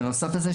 בנוסף לזה,